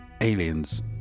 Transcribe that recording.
aliens